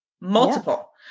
Multiple